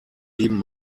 sieben